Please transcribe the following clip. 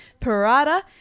Parada